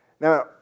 Now